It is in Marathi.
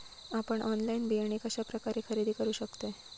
आपन ऑनलाइन बियाणे कश्या प्रकारे खरेदी करू शकतय?